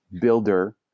builder